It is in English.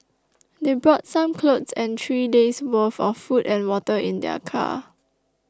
they brought some clothes and three days' worth of food and water in their car